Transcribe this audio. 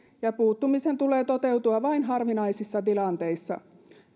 ja puuttumisen tulee toteutua vain harvinaisissa tilanteissa